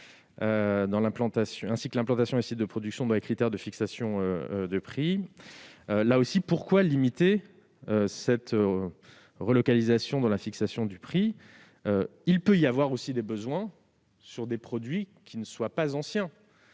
ainsi que l'implantation des sites de production de production dans les critères de fixation de prix. Là aussi, pourquoi limiter la prise en compte de la relocalisation dans la fixation du prix ? Il peut y avoir aussi des besoins sur des produits qui ne sont pas anciens.